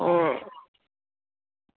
ओ